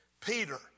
Peter